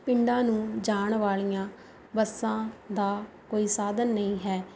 ਪਿੰਡਾਂ ਨੂੰ ਜਾਣ ਵਾਲੀਆਂ ਬੱਸਾਂ ਦਾ ਕੋਈ ਸਾਧਨ ਨਹੀਂ ਹੈ